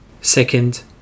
Second